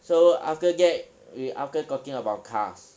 so after that we after talking about cars